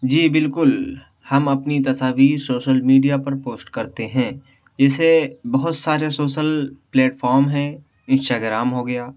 جی بالکل ہم اپنی تصاویر شوشل میڈیا پر پوسٹ کرتے ہیں جیسے بہت سارے شوسل پلیٹفارم ہیں انسٹا گرام ہو گیا